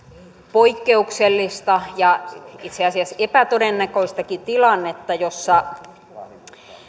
poikkeuksellista ja itse asiassa epätodennäköistäkin tilannetta jossa